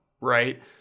Right